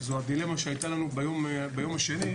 זו הדילמה שהייתה לנו ביום השני,